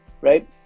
right